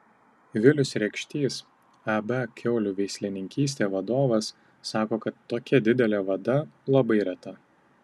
vilius rekštys ab kiaulių veislininkystė vadovas sako kad tokia didelė vada labai reta